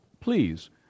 please